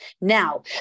Now